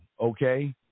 okay